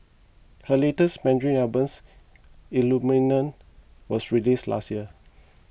her latest Mandarin Album Illuminate was released last year